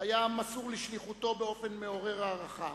היה מסור לשליחותו באופן מעורר הערכה